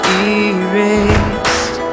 erased